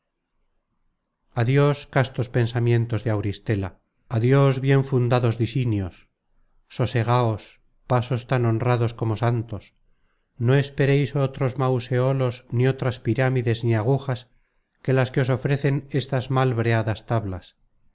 adios castos pensamientos de auristela adios bien fundados disinios sosegaos pasos tan honrados como santos no espereis otros mauseolos ni otras pirámides ni agujas que las que os ofrecen esas mal breadas tablas